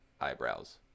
eyebrows